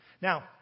Now